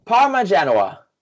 Parma-Genoa